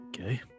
Okay